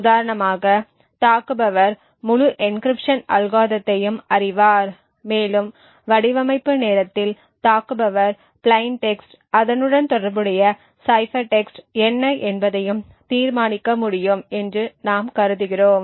உதாரணமாக தாக்குபவர் முழு என்கிரிப்ஷன் அல்காரிதத்தையும் அறிவார் மேலும் வடிவமைப்பு நேரத்தில் தாக்குபவர் பிளைன் டெக்ஸ்ட் அதனுடன் தொடர்புடைய சைபர் டெக்ஸ்ட் என்ன என்பதையும் தீர்மானிக்க முடியும் என்று நாம் கருதுகிறோம்